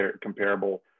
comparable